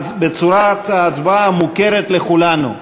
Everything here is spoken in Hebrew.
בצורת ההצבעה המוכרת לכולנו: